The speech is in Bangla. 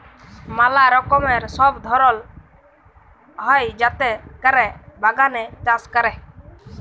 ম্যালা রকমের সব ধরল হ্যয় যাতে ক্যরে বাগানে চাষ ক্যরে